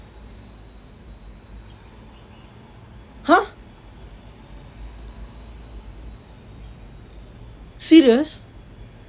!huh! serious